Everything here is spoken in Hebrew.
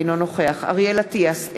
אינו נוכח אריאל אטיאס,